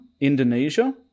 Indonesia